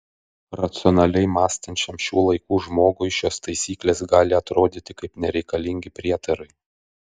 racionaliai mąstančiam šių laikų žmogui šios taisyklės gali atrodyti kaip nereikalingi prietarai